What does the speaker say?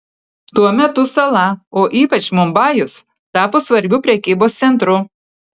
tuo metu sala o ypač mumbajus tapo svarbiu prekybos centru